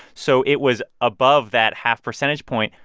so it was above that half percentage point.